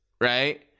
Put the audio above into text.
right